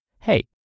Hey